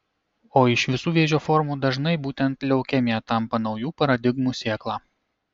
o iš visų vėžio formų dažnai būtent leukemija tampa naujų paradigmų sėkla